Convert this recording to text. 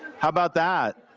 how about that?